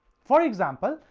for example,